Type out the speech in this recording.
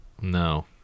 No